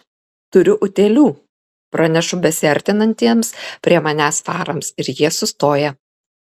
turiu utėlių pranešu besiartinantiems prie manęs farams ir jie sustoja